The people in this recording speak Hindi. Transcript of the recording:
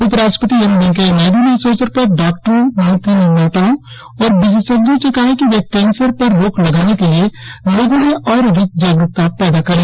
उप राष्ट्रपति एम वेंकैया नायडू ने इस अवसर पर डॉक्टरों नीति निर्माताओं और विशेषज्ञों से कहा है कि वे कैंसर पर रोक लगाने के लिए लोगों में और अधिक जागरुकता पैदा करें